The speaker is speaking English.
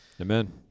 Amen